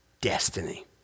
destiny